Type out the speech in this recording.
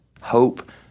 hope